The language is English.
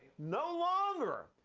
no longer.